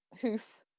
hoof